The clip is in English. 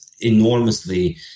enormously